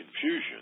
confusion